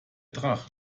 drache